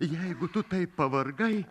jeigu tu taip pavargai